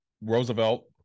Roosevelt